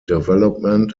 development